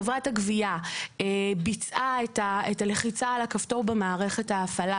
חברת הגבייה ביצעה את הלחיצה על הכפתור במערכת ההפעלה